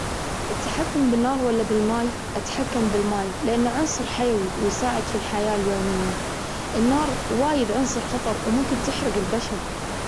التحكم بالنار ولا بالماي؟ أتحكم بالماي لأن عنصر حيوي ويساعد في الحياة اليومية. النار وايد عنصر خطر وممكن تحرق البشر.